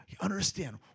Understand